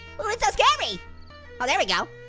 ooh, it's so scary! oh there we go.